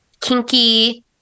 Kinky